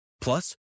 Plus